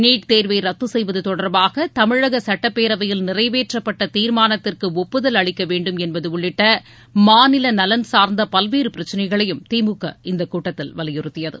NEET தேர்வை ரத்து செய்வது தொடர்பாக தமிழக சட்டப்பேரவையில் நிறைவேற்றப்பட்ட தீர்மானத்திற்கு ஒப்புதல் அளிக்க வேண்டும் என்பது உள்ளிட்ட மாநில நலன் சார்ந்த பல்வேறு பிரச்னைகளையும் திமுக இந்தக் கூட்டத்தில் வலியுறுத்தியது